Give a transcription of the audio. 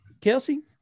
Kelsey